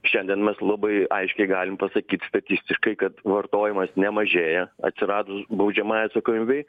šiandien mes labai aiškiai galim pasakyt statistiškai kad vartojimas nemažėja atsiradus baudžiamajai atsakomybei